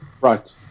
Right